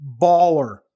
baller